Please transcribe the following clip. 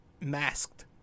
masked